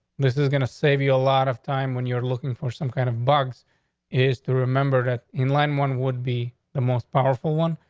this is going to save you a lot of time when you're looking for some kind of bugs is to remember that in line one would be the most powerful one.